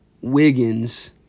Wiggins